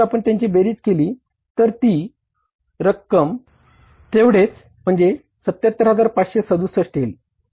म्हणून जर आपण त्यांची बेरीज केली तर ती रक्कम तेवढेच म्हणजे 77567 येईल